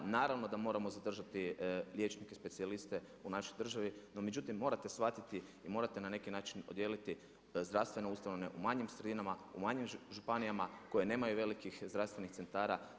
Naravno da moramo zadržati liječnike specijaliste u našoj državi, no međutim morate shvatiti i morate na neki način odjeliti zdravstvene ustanove u manjim sredinama, u manjim županijama koje nemaju velikih zdravstvenih centara.